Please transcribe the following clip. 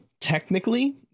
technically